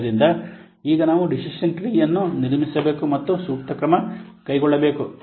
ಆದ್ದರಿಂದ ಈಗ ನಾವು ಡಿಸಿಷನ್ ಟ್ರೀಯನ್ನು ನಿರ್ಮಿಸಬೇಕು ಮತ್ತು ಸೂಕ್ತ ಕ್ರಮ ತೆಗೆದುಕೊಳ್ಳಬೇಕು